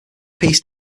peace